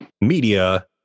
Media